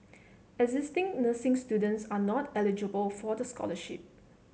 existing nursing students are not eligible for the scholarship